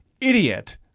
Idiot